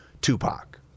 Tupac